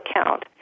account